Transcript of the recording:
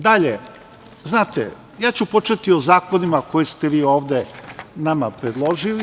Dalje, znate, ja ću početi o zakonima koje ste vi ovde nama predložili.